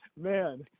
Man